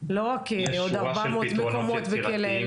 לקראת אותה החלטת ממשלה,